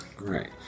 Right